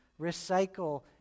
recycle